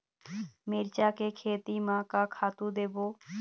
मिरचा के खेती म का खातू देबो?